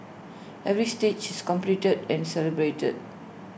every stages completed and celebrated